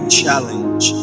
challenge